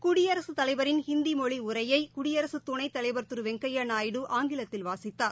குடியரசுத் தலைவரின் ஹிந்தி மொழி உரையை குடியரசு துணைத்தலைவர் திரு வெங்கையா நாயுடு ஆங்கிலத்தில் வாசித்தார்